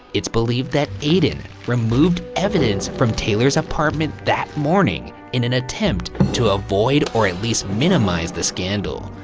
it's believed that eyton removed evidence from taylor's apartment that morning in an attempt to avoid or at least minimize the scandal.